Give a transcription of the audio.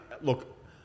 look